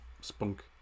Spunk